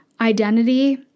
identity